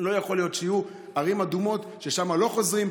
לא יכול להיות שיהיו "ערים אדומות" ששם לא חוזרים.